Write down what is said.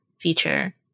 feature